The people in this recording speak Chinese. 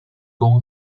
提供